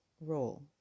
role